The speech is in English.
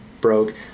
broke